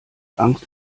angst